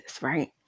right